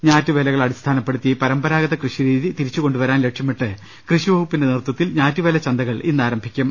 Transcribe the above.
ഞാറ്റുവേലകൾ അടിസ്ഥാന പ്പെടുത്തി പരമ്പരാഗത കൃഷിരീതി തിരിച്ചുകൊണ്ടുവരാൻ ലക്ഷ്യമിട്ട് കൃഷി വകുപ്പിന്റെ നേതൃത്വത്തിൽ ഞാറ്റുവേല ചന്തകൾ ഇന്നാരംഭിക്കും